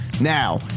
Now